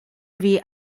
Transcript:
wie